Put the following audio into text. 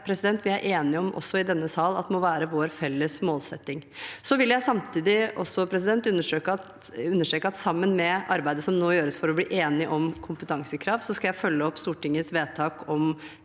om også i denne sal at må være vår felles målsetting. Så vil jeg samtidig understreke at sammen med arbeidet som nå gjøres for å bli enige om kompetansekrav, skal jeg følge opp Stortingets vedtak om